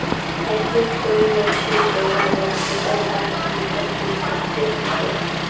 asset कोई व्यक्तिर द्वारा बनाल चल आर अचल संपत्ति हछेक